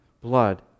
Blood